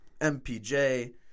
MPJ